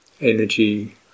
energy